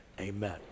amen